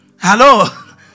Hello